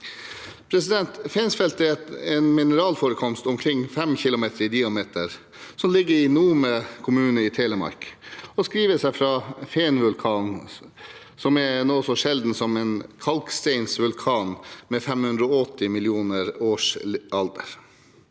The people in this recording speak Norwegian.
Fensfeltet er en mineralforekomst, omkring 5 km i diameter, som ligger i Nome kommune i Telemark og skriver seg fra Fenvulkanen, som er noe så sjeldent som en kalksteinsvulkan med 580 millioner års alder.